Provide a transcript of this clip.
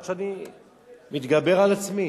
עד שאני מתגבר על עצמי,